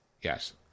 yes